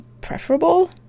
preferable